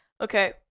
Okay